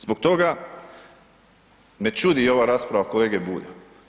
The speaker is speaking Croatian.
Zbog toga me čudi ova rasprava kolege Bulja.